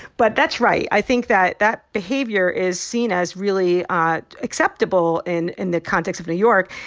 but that's right. i think that that behavior is seen as really ah acceptable in in the context of new york.